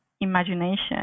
imagination